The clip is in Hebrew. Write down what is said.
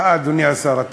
מה, אדוני השר?